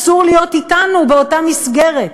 אסור להיות אתנו באותה מסגרת.